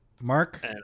Mark